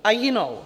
A jinou.